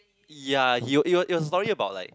ya he was it was it was a story about like